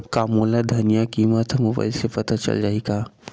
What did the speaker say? का मोला धनिया किमत ह मुबाइल से पता चल जाही का?